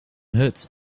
hut